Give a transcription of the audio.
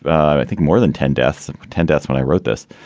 i think, more than ten deaths. ten deaths when i wrote this,